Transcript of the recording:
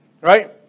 right